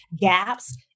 gaps